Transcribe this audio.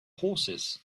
horses